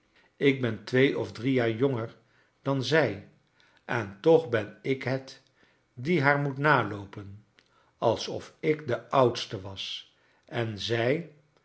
ik ben twee of drie jaar jonger dan zij en toch ben ik het die haar meet naloopen alsof ik de oudste was en zij